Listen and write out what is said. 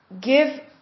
give